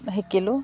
শিকিলোঁ